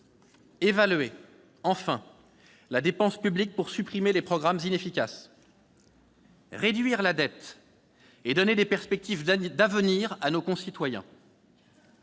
évaluer - enfin ! -la dépense publique pour supprimer les programmes inefficaces ; réduire la dette et donner des perspectives d'avenir à nos concitoyens.